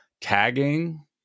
tagging